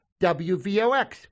WVOX